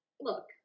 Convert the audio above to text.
Look